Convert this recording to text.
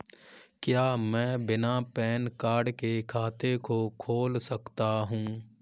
क्या मैं बिना पैन कार्ड के खाते को खोल सकता हूँ?